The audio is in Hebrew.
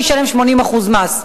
שישלם 80% מס.